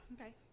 okay